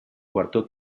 cuarto